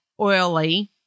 Oily